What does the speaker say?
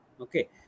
okay